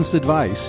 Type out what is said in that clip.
advice